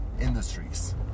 industries